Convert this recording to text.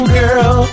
girl